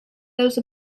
those